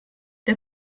der